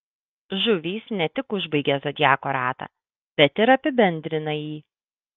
žuvys ne tik užbaigia zodiako ratą bet ir apibendrina jį